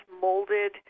molded